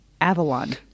avalon